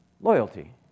loyalty